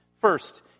First